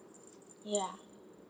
ya